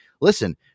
listen